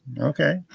Okay